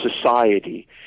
society